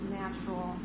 natural